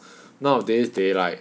nowadays they like